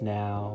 now